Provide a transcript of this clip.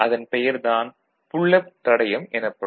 அதன் பெயர் தான் புல் அப் தடையம் எனப்படும்